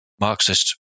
Marxist